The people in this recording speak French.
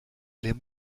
les